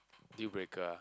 deal breaker ah